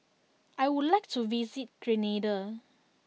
I would like to visit Grenada